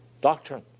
Doctrine